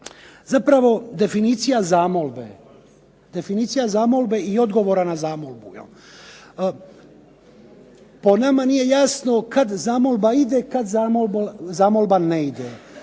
Zapravo definicija zamolbe i odgovora na zamolbu. Po nama nije jasno kad zamolba ide, kad zamolba ne ide.